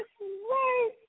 right